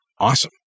Awesome